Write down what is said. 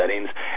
settings